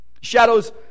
Shadows